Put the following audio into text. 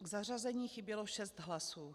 K zařazení chybělo šest hlasů.